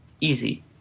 Easy